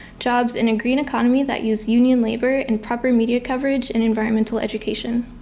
jobs in a green economy that use union labor, and proper media coverage, and environmental education.